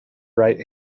right